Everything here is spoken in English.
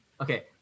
okay